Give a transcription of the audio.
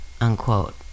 unquote